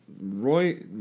Roy